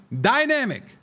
dynamic